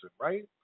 right